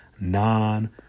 non